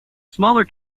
smaller